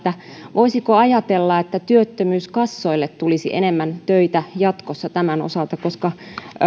voisiko ajatella että työttömyyskassoille tulisi enemmän töitä jatkossa tämän osalta koska